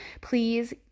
please